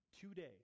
today